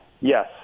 yes